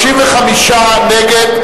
35 נגד,